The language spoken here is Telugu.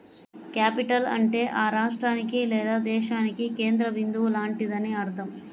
క్యాపిటల్ అంటే ఆ రాష్ట్రానికి లేదా దేశానికి కేంద్ర బిందువు లాంటిదని అర్థం